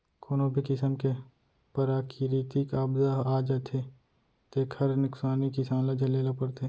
कोनो भी किसम के पराकिरितिक आपदा आ जाथे तेखर नुकसानी किसान ल झेले ल परथे